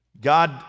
God